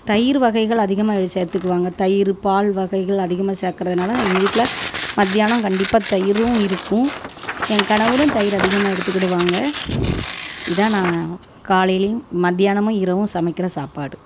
தயிரு வகைகள் அதிகமாக சேர்த்துக்குவாங்க தயிரு பால் வகைகள் அதிகமாக சேர்க்கறதுனால எங்கள் வீட்டில் மத்தியானம் கண்டிப்பாக தயிரும் இருக்கும் என் கணவரும் தயிர் அதிகமாக எடுத்துக்கிடுவாங்க இதான் நான் காலையிலையும் மத்தியானமும் இரவும் சமைக்கிற சாப்பாடு